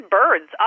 birds